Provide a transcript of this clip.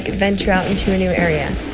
and venture out into a new area.